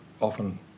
often